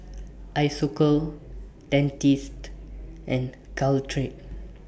Isocal Dentiste and Caltrate